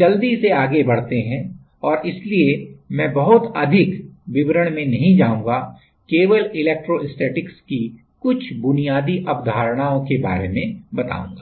जल्दी से आगे बढ़ते हैं और इसलिए मैं बहुत अधिक विवरण में नहीं जाऊंगा केवल इलेक्ट्रोस्टैटिक्स की कुछ बुनियादी अवधारणाओं के बारे में बताउगां